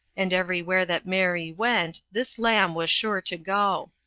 and everywhere that mary went this lamb was sure to go.